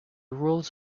rules